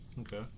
Okay